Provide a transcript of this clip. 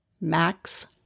Max